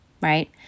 right